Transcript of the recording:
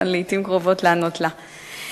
2008 470 משפחתונים חדשים במגזר הערבי,